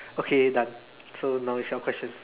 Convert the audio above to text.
okay done so now is your question